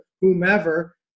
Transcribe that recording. whomever